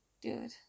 dude